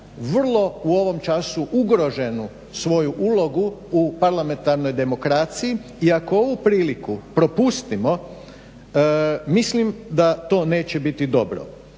vrlo u ovom času ugroženu svoju ulogu u parlamentarnoj demokraciji i ako ovu priliku propustimo mislim da to neće biti dobro